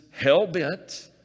hell-bent